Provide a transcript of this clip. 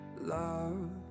Love